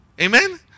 amen